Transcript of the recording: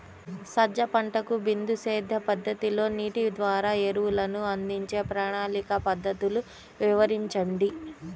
సజ్జ పంటకు బిందు సేద్య పద్ధతిలో నీటి ద్వారా ఎరువులను అందించే ప్రణాళిక పద్ధతులు వివరించండి?